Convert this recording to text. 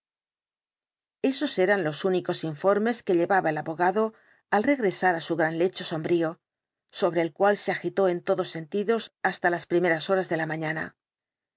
esos eran los únicos informes que llevaba el abogado al regresar á su gran lecho sombrío sobre el cual se agitó en todos sentidos hasta las primeras horas de la mañana